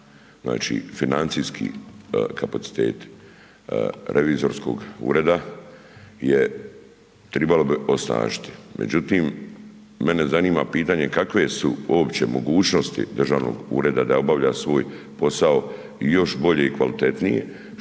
Znači, financijski kapaciteti revizorskog ureda je tribalo bi osnažiti. Međutim, mene zanima pitanje kakve su uopće mogućnosti državnog ureda da obavlja svoj posao i još bolje i kvalitetnije,